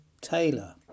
Taylor